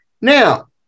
Now